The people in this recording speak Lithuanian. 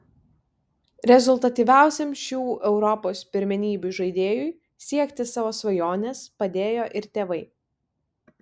rezultatyviausiam šių europos pirmenybių žaidėjui siekti savo svajonės padėjo ir tėvai